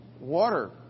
water